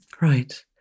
Right